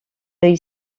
they